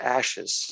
ashes